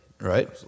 right